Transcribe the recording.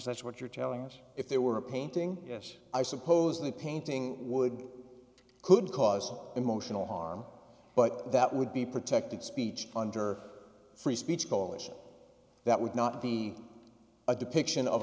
that's what you're telling us if there were a painting yes i suppose the painting would could cause emotional harm but that would be protected speech under free speech coalition that would not be a depiction of